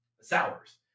sours